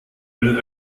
will